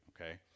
okay